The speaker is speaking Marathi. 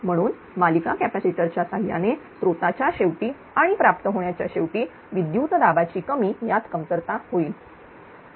म्हणून मालिका कॅपॅसिटर च्या सहाय्याने स्त्रोताच्या शेवटी आणि प्राप्त होण्याच्या शेवटी विद्युत दाबाची कमी यात कमतरता होईल